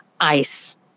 ice